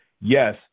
Yes